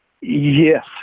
Yes